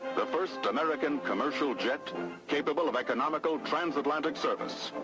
the first american commercial jet capable of economical transatlantic service.